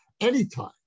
anytime